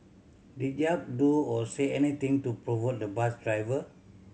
did Yap do or say anything to provoke the bus driver